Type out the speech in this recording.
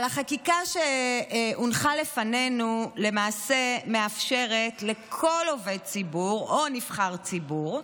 אבל החקיקה שמונחת לפנינו למעשה מאפשרת לכל עובד ציבור או נבחר ציבור,